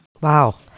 Wow